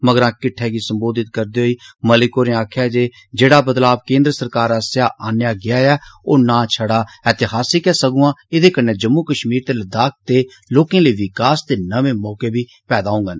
मगरा किट्डे गी सम्बोधित करदे होई मलिक होरें आक्खेआ जे जेड़ा बदलाव केन्द्र सरकार आस्सेआ आनेआ गेआ ऐ ओ ना छड़ा ऐतिहासिक ऐ सगुआं ऐदे कन्ने जम्मू कश्मीर ते लद्दाख दे लोकें लेई विकास दे नमें मौके पैदा होंगन